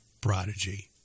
prodigy